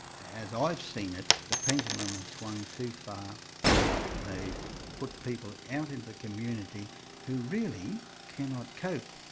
as i've seen it, the pendulum has swung too far and that they've put people out into the community who really cannot cope.